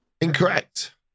Incorrect